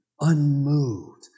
unmoved